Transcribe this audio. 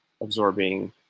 absorbing